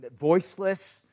voiceless